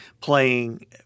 playing